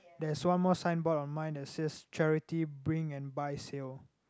there's one more signboard on mine that says charity bring and buy sale